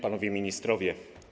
Panowie Ministrowie!